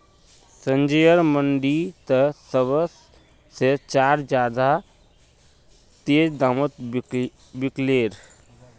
संजयर मंडी त सब से चार ज्यादा तेज़ दामोंत बिकल्ये